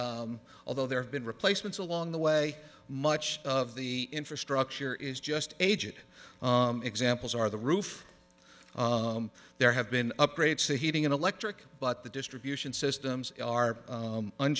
although there have been replacements along the way much of the infrastructure is just aged examples are the roof there have been upgrades see heating and electric but the distribution systems are u